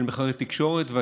של נתוני תקשורת,